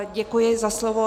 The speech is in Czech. Děkuji za slovo.